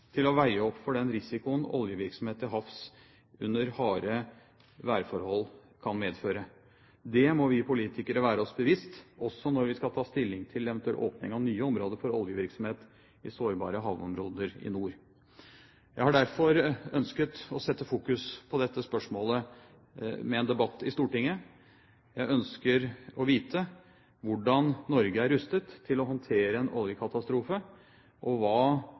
til å veie opp for den risikoen oljevirksomhet til havs under harde værforhold kan medføre. Det må vi politikere være oss bevisst også når vi skal ta stilling til eventuell åpning av nye områder for oljevirksomhet i sårbare havområder i nord. Jeg har derfor ønsket å rette fokus mot dette spørsmålet med en debatt i Stortinget. Jeg ønsker å vite hvordan Norge er rustet til å håndtere en oljekatastrofe, hva vi kan lære av situasjonen i Mexicogolfen, og